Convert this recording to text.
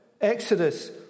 Exodus